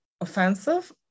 offensive